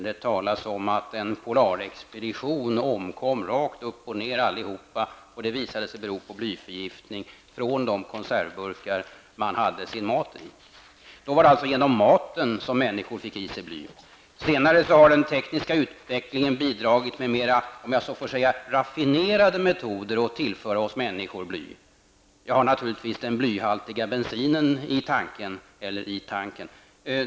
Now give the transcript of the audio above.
Det talas om att medlemmarna av en polarexpedition omkom allesammans rakt upp och ner. Det visade sig bero på blyförgiftning från de konservburkar de hade maten i. Då var det alltså genom maten som människor fick i sig bly. Senare har den tekniska utvecklingen bidragit med mera raffinerade metoder att tillföra oss människor bly. Jag har naturligtvis den blyhaltiga bensinen i tankarna -- eller i tanken.